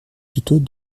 plutôt